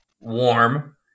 warm